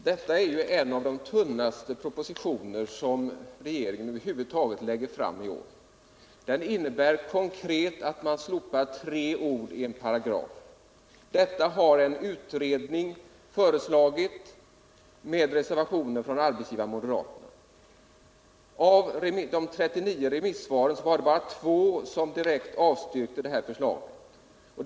Fru talman! Denna proposition är förmodligen en av de tunnaste som regeringen över huvud taget lägger fram i år. Den innebär konkret att man slopar tre ord i en paragraf. Detta har en utredning föreslagit, och det . föreligger reservationer från representanter för arbetsgivarna och för mode raterna. Av de 39 remissvaren var det bara 2 som direkt avstyrkte förslaget.